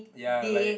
ya like